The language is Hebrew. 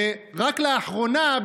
ורק לאחרונה,